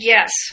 Yes